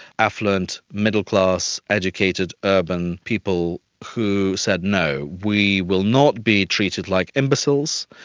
affluent, middle-class, educated urban people who said no, we will not be treated like imbeciles,